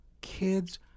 kids